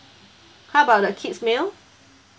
how about the kids' meal